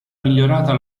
migliorata